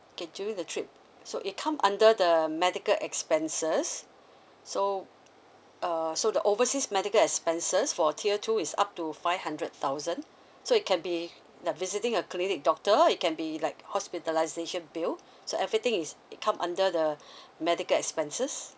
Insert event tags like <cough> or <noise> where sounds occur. okay during the trip so it come under the medical expenses so uh so the overseas medical expenses for tier two is up to five hundred thousand so it can be visiting a clinic doctor it can be like hospitalisation bill so everything is it come under the <breath> medical expenses